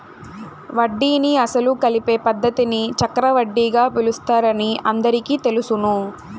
వడ్డీని అసలు కలిపే పద్ధతిని చక్రవడ్డీగా పిలుస్తారని అందరికీ తెలుసును